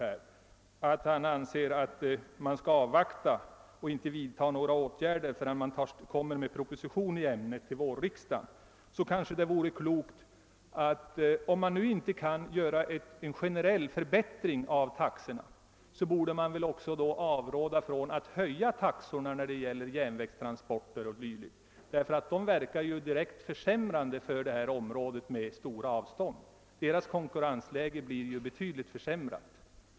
Statsrådet anser att man skall avvakta och inte vidta några åtgärder förrän Kungl. Maj:t kommer med en proposition i ämnet till vårriksdagen. Men om man nu inte kan göra en generell förbättring av taxorna borde man väl ändå avråda från att höja taxorna när det gäller järnvägstransporter 0. d., ty konkurrensläget för områden med stora avstånd blir därigenom betydligt försämrat.